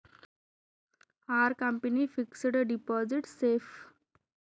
Are company fixed deposit safe?